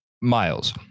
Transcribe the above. miles